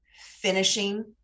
finishing